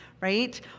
right